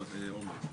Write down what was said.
לא, עומר.